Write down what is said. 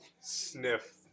sniff